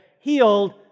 healed